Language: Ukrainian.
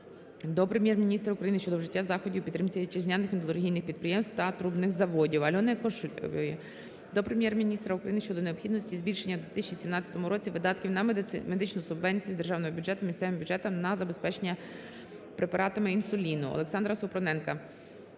до Прем'єр-міністра України щодо вжиття заходів у підтримці вітчизняних металургійних підприємств та трубних заводів. Альони Кошелєвої до Прем'єр-міністра України щодо необхідності збільшення у 2017 році видатків на медичну субвенцію з державного бюджету місцевим бюджетам на забезпечення препаратами інсуліну. Олександра Супруненка